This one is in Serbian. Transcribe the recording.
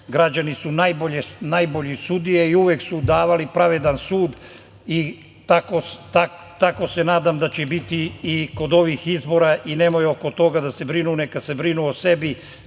građani su najbolje sudije i u vek su davali pravedan sud i tako se nadam da će biti i kod ovih izbora i neka se oko toga ne brinu, neka se brinu o sebi